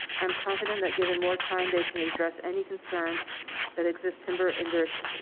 i'm confident that given more time they can address any concerns that exist. timber interest that.